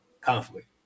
conflict